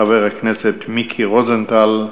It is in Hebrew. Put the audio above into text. חבר הכנסת מיקי רוזנטל,